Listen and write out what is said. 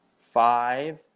five